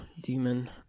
demon